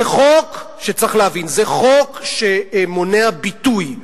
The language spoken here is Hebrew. צריך להבין, זה חוק שמונע ביטוי.